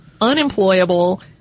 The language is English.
unemployable